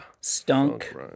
Stunk